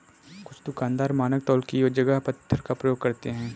कुछ दुकानदार मानक तौल की जगह पत्थरों का प्रयोग करते हैं